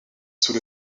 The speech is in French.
sous